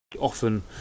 Often